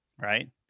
right